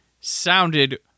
sounded